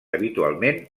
habitualment